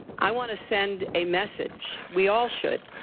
i want to send a message. we all should,